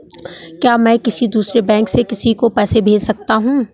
क्या मैं किसी दूसरे बैंक से किसी को पैसे भेज सकता हूँ?